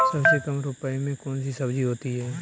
सबसे कम रुपये में कौन सी सब्जी होती है?